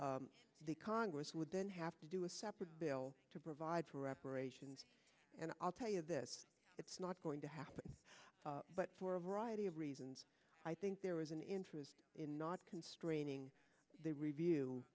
would the congress would then have to do a separate bill to provide for reparations and i'll tell you this it's not going to happen but for a variety of reasons i think there is an interest in not constraining the review